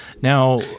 Now –